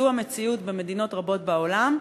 זו המציאות במדינות רבות בעולם,